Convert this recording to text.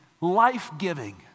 life-giving